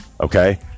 okay